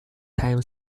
time